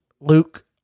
Luke